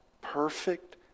perfect